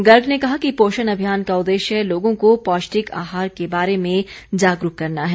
गर्ग ने कहा कि पोषण अभियान का उद्देश्य लोगों को पौष्टिक आहार के बारे में जागरूक करना है